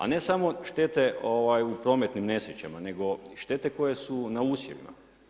A ne samo štete u prometnim nesrećama nego i štete koje su na usjevima.